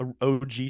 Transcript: OG